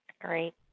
Great